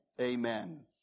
Amen